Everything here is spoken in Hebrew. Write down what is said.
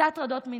זה הטרדות מיניות,